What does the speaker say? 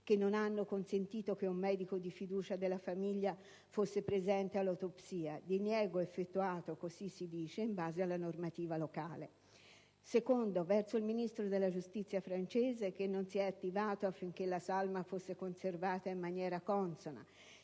che non hanno consentito che un medico di fiducia della famiglia fosse presente all'autopsia (diniego opposto, così si dice, in base alla normativa locale); in secondo luogo, verso il Ministro della giustizia francese, che non si è attivato finché la salma fosse conservata in maniera consona,